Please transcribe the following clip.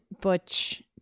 butch